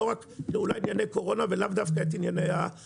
אולי גם בענייני קורונה ולאו דווקא רק בטבק.